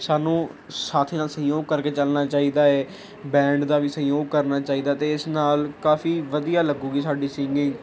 ਸਾਨੂੰ ਸਾਥੀਆਂ ਦਾ ਸਹਿਯੋਗ ਕਰਕੇ ਚੱਲਣਾ ਚਾਹੀਦਾ ਹੈ ਬੈਂਡ ਦਾ ਵੀ ਸਹਿਯੋਗ ਕਰਨਾ ਚਾਹੀਦਾ ਅਤੇ ਇਸ ਨਾਲ ਕਾਫ਼ੀ ਵਧੀਆ ਲੱਗੇਗੀ ਸਾਡੀ ਸਿੰਗਿੰਗ